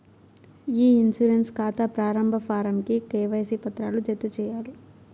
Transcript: ఇ insurance కాతా ప్రారంబ form కి కేవైసీ పత్రాలు జత చేయాలి